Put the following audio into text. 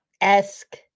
esque